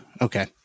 okay